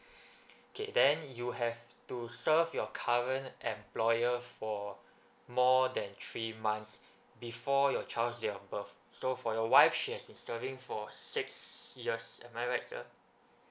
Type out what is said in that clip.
K then you have to serve your current employer for more than three months before your child's date of birth so for your wife she has been serving for six years am I right sir